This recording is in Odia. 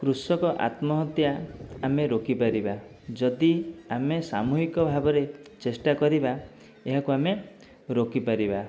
କୃଷକ ଆତ୍ମହତ୍ୟା ଆମେ ରୋକିପାରିବା ଯଦି ଆମେ ସାମୁହିକ ଭାବରେ ଚେଷ୍ଟା କରିବା ଏହାକୁ ଆମେ ରୋକିପରିବା